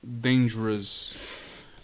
dangerous